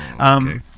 Okay